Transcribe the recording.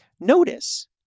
notice